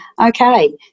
okay